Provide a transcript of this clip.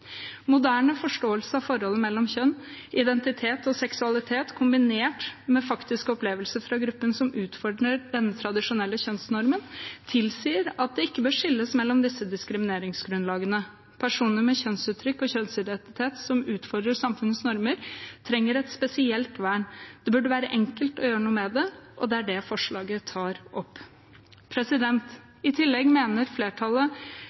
moderne forståelse av forholdet mellom kjønn, identitet og seksualitet kombinert med faktiske opplevelser fra gruppen som utfordrer den tradisjonelle kjønnsnormen, tilsier at det ikke bør skilles mellom disse diskrimineringsgrunnlagene. Personer med kjønnsuttrykk og en kjønnsidentitet som utfordrer samfunnets normer, trenger et spesielt vern. Det burde være enkelt å gjøre noe med det, og det er det forslaget tar opp.